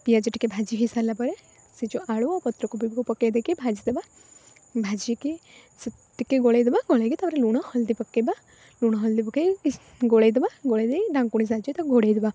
ପିଆଜ ଟିକେ ଭାଜି ହେଇସାରିଲା ପରେ ସେ ଯେଉଁ ଆଳୁ ପତ୍ରକୋବି ପକେଇ ଦେଇକି ଭାଜିଦେବା ଭାଜିକି ସେ ଟିକେ ଗୋଳେଇ ଦେବା ଗୋଳେଇକି ତାପରେ ଲୁଣ ହଳଦୀ ପକେଇବା ଲୁଣ ହଳଦୀ ପକେଇ ଗୋଳେଇଦେବା ଗୋଳେଇଦେଇ ଢାକୁଣି ସାହାଯ୍ୟରେ ତାକୁ ଘୋଡ଼େଇଦେବା